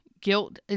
guilt